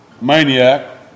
maniac